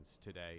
today